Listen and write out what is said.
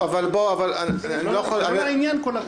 זה לא לעניין.